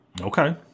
Okay